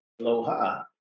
Aloha